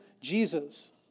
Jesus